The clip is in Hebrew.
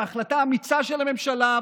בהחלטה אמיצה של הממשלה,